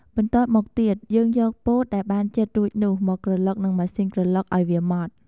បន្ទាប់់មកទៀត យើងយកពោតដែលបានចិតរួចនោះមកក្រឡុកនឹងម៉ាស៊ីនក្រឡុកឱ្យវាម៉ដ្ឋ។